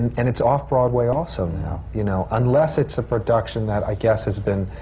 and it's off-broadway also now, you know? unless it's a production that i guess has been